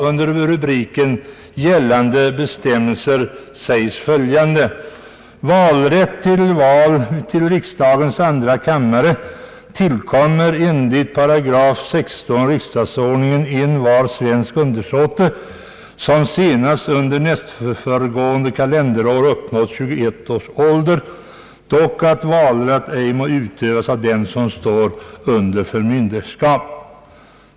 Under rubriken »Gällande bestämmelser» sägs där följande: »Valrätt vid val till riksdagens andra kammare tillkommer enligt § 16 riksdagsordningen envar svensk undersåte, som senast under nästföregående kalenderår uppnått tjugoett års ålder, dock att valrätt ej må utövas av den som står under förmynderskap.